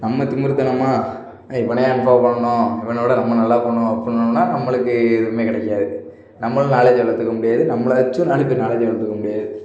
நம்ம திமிருத்தனமாக இவனை ஏன் ஃபாலோ பண்ணும் இவனை விட நம்ம நல்லா பண்ணுவோம் அப்பிடின்னோம்னா நம்மளுக்கு எதுவுமே கிடைக்காது நம்மளும் நாலேஜ் வளர்த்துக்க முடியாது நம்ம வச்சும் நாலு பேர் நாலேஜை வளர்த்துக்க முடியாது